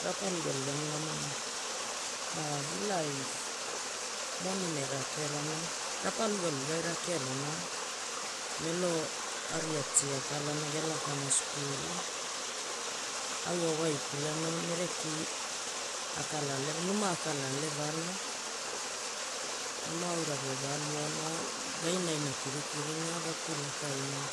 Rapalugalugana namana. A Vulaai monin aira akerona, rapalugaluga aira akerona, Melo aria tea akalana, gelakana school, au awaikulena mereki akala alevarana numa akala aleaana, numa auraria ga aluaona gainaina kirina gakulakaina